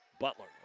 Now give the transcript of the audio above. Butler